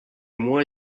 moins